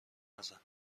نزن